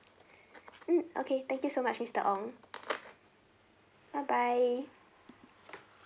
mm okay thank you so much mister ong bye bye